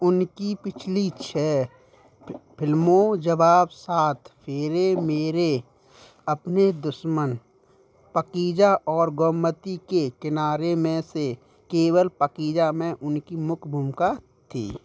उनकी पिछली छः फ़िल्मों जवाब सात फेरे मेरे अपने दुश्मन पाकीज़ा और गोमती के किनारे में से केवल पाकीज़ा में उनकी मुख्य भूमिका थी